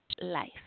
life